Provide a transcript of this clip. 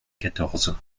quatorze